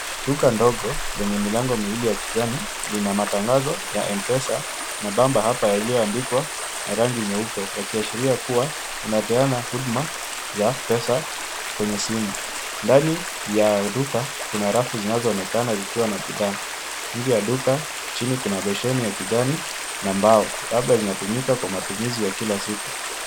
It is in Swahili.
Duka ndogo lenye milango miwili ya kijani lina matangazo ya M-Pesa na bamba hapa yaliyoandikwa na rangi nyeupe yakiashiria kuwa inapeana huduma za pesa kwenye simu. Ndani ya duka kuna rafu zinazoonekana zikiwa na bidhaa. Nje ya duka chini kuna besheni ya kijani na mbao labda zinatumika kwa matumizi ya kila siku.